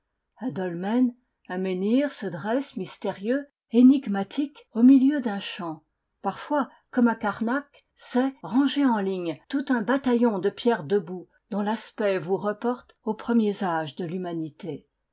dolmen un menhir se dresse mystérieux énigmatique au milieu d'un champ parfois comme à carnac c'est rangé en lignes tout un bataillon de pierres debout dont l'aspect vous reporte aux premiers âges de l'humanité